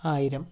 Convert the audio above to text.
ആയിരം